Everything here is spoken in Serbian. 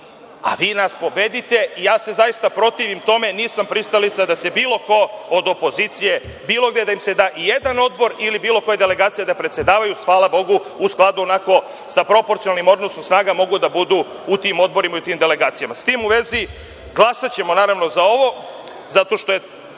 a vi nas pobedite i ja se zaista protivim tome. Nisam pristalica da se bilo kome od opozicije, bilo gde, da ijedan odbor ili bilo koja delegacija da predsedavaju. Hvala Bogu, u skladu sa onako proporcionalnim odnosom snaga mogu da budu u tim odborima i u tim delegacijama.S tim u vezi, glasaćemo za ovo, zato što je